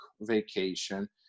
vacation